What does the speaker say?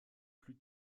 plus